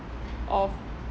of